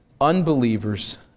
Unbelievers